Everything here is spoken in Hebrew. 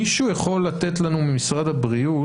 מישהו ממשרד הבריאות יכול לתת לנו,